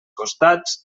costats